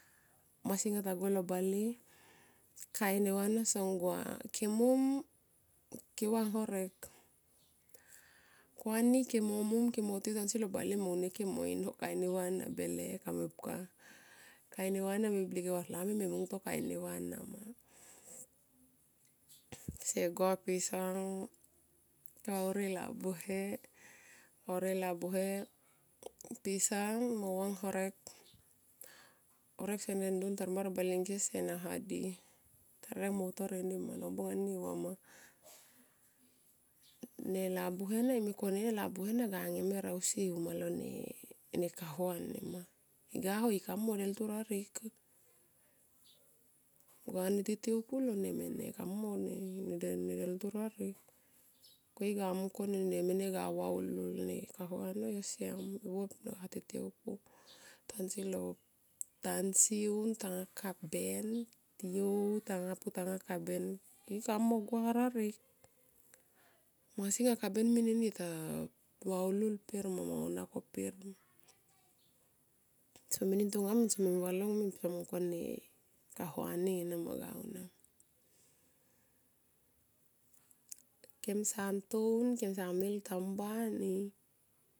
Masingata go lo bale. Kain neva ana song gua kemom ke vang horek ko ani ke mo mom kemo tiou tansi lo bale mo une ke mo inho kain neva na bale kamepka. Kain neva ana me blik a varlami me mungto kain anama. Kese gua pisa se vauri e labuhe pisa mo vang horek, horek sene dun anga tarmar bale ngke se na hadi tarireng mo utor enima nobung ani, neva nima. Ne labuhe na yo me koni lo labuhe ga ngemer ausi uma lo ne. Kahua nima iga ho ikamo deltu rarek ga ne titioupu lo mene kamo ne deltu narek. Ko iga mungkone mene ni ga vaholhol kahua no yo siam i buop ga titioupu tansi un tanga kaben tiou tanga putanga kaben ikamo gua rerak masi nga kaben min a tavaholhol per ma mo aunia ko per ma. Tso minintonga tso mining valong tso mungkon kahua ning ena gavaholhol. Kemsa to un kensa mil tamba ni.